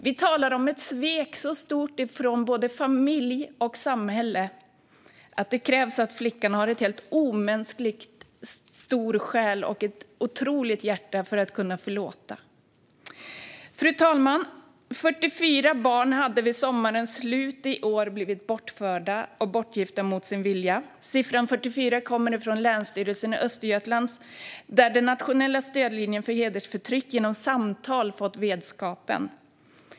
Vi talar om ett så stort svek från både familj och samhälle att det krävs att flickan har en helt omänskligt stor själ och ett otroligt hjärta för att kunna förlåta. Fru talman! Vid sommarens slut i år hade 44 barn blivit bortförda och bortgifta mot sin vilja. Siffran 44 kommer från Länsstyrelsen i Östergötlands län, där den nationella stödlinjen för hedersförtryck fått denna vetskap genom samtal.